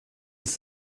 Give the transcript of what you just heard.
ist